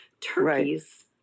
Turkeys